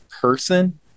person